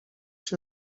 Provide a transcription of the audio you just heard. się